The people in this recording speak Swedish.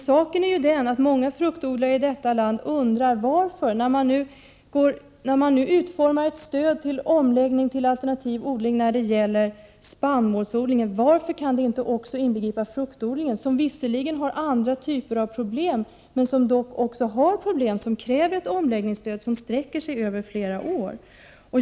Saken är den, att många fruktodlare i detta land undrar, när det nu utformas ett stöd för omläggning till alternativ odling när det gäller spannmålsodling, varför det inte kan inbegripa fruktodling, som visserligen har andra typer av problem men som också har problem som kräver ett omläggningsstöd som sträcker sig över flera år.